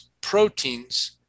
proteins